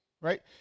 Right